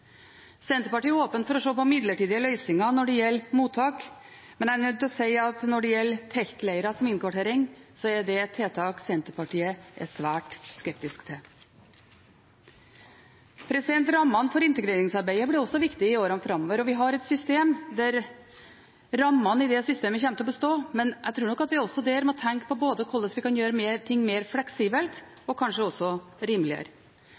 Senterpartiet er åpen for å se på midlertidige løsninger når det gjelder mottak, men jeg er nødt til å si at når det gjelder teltleirer som innkvartering, er det et tiltak Senterpartiet er svært skeptisk til. Rammene for integreringsarbeidet blir også viktig i årene framover. Rammene i det systemet kommer til å bestå, men jeg tror nok at vi også der må tenke på hvordan vi kan gjøre ting mer fleksibelt, og kanskje også rimeligere.